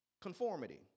Conformity